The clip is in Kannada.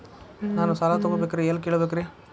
ನಾನು ಸಾಲ ತೊಗೋಬೇಕ್ರಿ ಎಲ್ಲ ಕೇಳಬೇಕ್ರಿ?